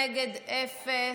נגד, אפס.